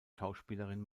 schauspielerin